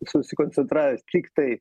susikoncentravęs tiktai